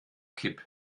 kipp